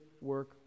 work